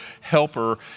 helper